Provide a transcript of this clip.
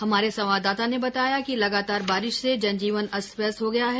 हमारे संवाददाता ने बताया कि लगातार बारिश से जनजीवन अस्त व्यस्त हो गया है